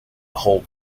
hold